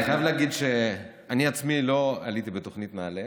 אני חייב להגיד שאני עצמי לא עליתי בתוכנית נעל"ה,